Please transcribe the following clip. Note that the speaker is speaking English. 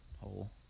hole